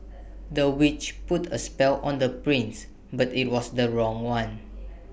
the witch put A spell on the prince but IT was the wrong one